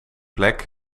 plek